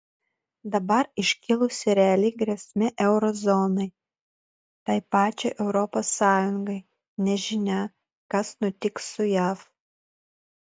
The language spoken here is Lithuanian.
dabar iškilusi reali grėsmė euro zonai tai pačiai europos sąjungai nežinia kas nutiks su jav